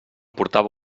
portava